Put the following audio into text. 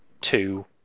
two